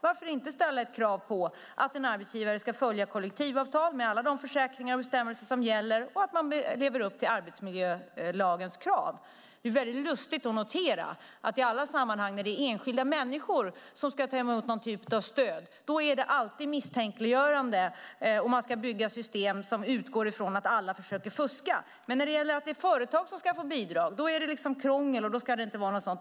Varför inte ställa ett krav på att en arbetsgivare ska följa kollektivavtal med alla de försäkringar och bestämmelser som gäller och leva upp till arbetsmiljölagens krav? Det är väldigt lustigt att notera att i alla sammanhang när det är enskilda människor som ska ta emot någon typ av stöd är det alltid misstänkliggöranden. Man ska bygga system som utgår från att alla försöker fuska. Men när det gäller företag som ska få bidrag betraktas det som krångel, och då ska det inte vara något sådant.